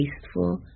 tasteful